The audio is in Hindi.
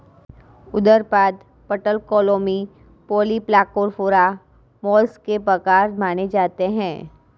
उदरपाद, पटलक्लोमी, पॉलीप्लाकोफोरा, मोलस्क के प्रकार माने जाते है